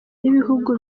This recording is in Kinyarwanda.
n’ibihugu